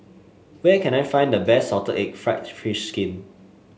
where can I find the best salt egg fried fish skin